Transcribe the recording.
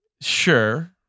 Sure